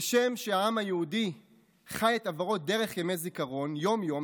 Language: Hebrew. כשם שהעם היהודי חי את עברו דרך ימי זיכרון יום-יום